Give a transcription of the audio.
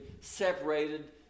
separated